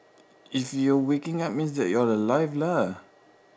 if you're waking up means that you are alive lah